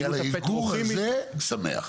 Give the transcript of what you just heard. אני על האתגור הזה שמח,